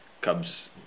Cubs